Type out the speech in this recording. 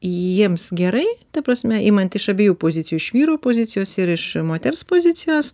jiems gerai ta prasme imant iš abiejų pozicijų iš vyro pozicijos ir iš moters pozicijos